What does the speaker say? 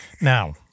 Now